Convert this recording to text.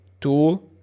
tool